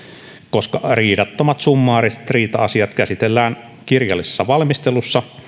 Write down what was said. koska riidattomat summaariset riita asiat käsitellään kirjallisessa valmistelussa